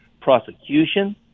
prosecution